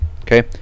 Okay